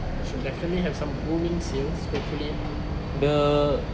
they should definitely have some booming sales hopefully the